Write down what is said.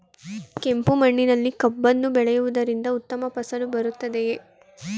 ಕೆಂಪು ಮಣ್ಣಿನಲ್ಲಿ ಕಬ್ಬನ್ನು ಬೆಳೆಯವುದರಿಂದ ಉತ್ತಮ ಫಸಲು ಬರುತ್ತದೆಯೇ?